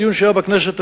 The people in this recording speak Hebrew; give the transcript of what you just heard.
בדיון שהיה בכנסת,